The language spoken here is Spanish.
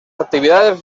actividades